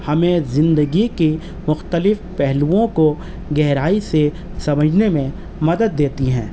ہمیں زندگی کی مختلف پہلوؤں کو گہرائی سے سمجھنے میں مدد دیتی ہیں